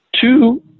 two